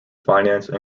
financed